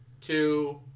two